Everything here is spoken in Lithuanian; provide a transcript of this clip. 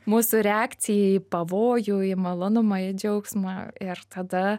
mūsų reakcija į pavojų į malonumą į džiaugsmą ir tada